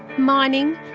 mining.